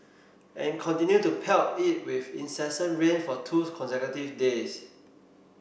and continued to pelt it with incessant rain for two consecutive days